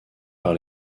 par